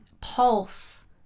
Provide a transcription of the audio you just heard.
pulse